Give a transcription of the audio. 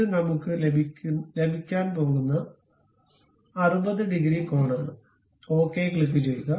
ഇത് നമുക്ക് ലഭിക്കാൻ പോകുന്ന 60 ഡിഗ്രി കോണാണ് ഓക്കേ ക്ലിക്കുചെയ്യുക